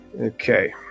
Okay